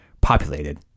populated